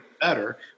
better